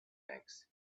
banks